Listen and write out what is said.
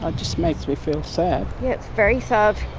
um just makes me feel sad. yeah, it's very sad.